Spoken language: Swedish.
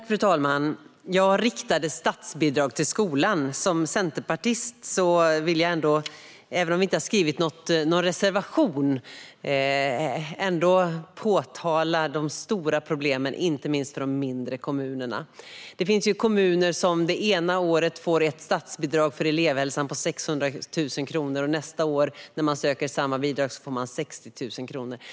Fru talman! När det gäller riktade statsbidrag till skolan vill jag som centerpartist, även om vi inte har skrivit någon reservation, ändå påtala de stora problemen för inte minst de mindre kommunerna. Det finns ju kommuner som det ena året får ett statsbidrag för elevhälsan på 600 000 kronor och som när de nästa år söker samma bidrag får 60 000 kronor.